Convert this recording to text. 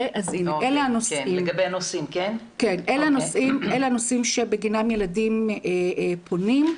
אלה הנושאים שבגינם ילדים פונים.